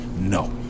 no